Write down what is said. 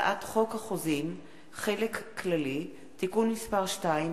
הצעת חוק החוזים (חלק כללי) (תיקון מס' 2),